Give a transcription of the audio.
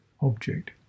object